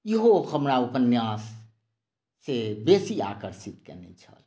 इहो हमरा उपन्यास से बेसी आकर्षित कयने छलए